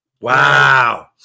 Wow